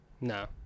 No